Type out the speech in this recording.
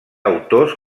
autors